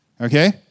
okay